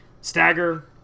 Stagger